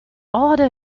âlde